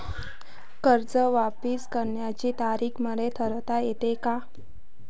कर्ज वापिस करण्याची तारीख मले ठरवता येते का?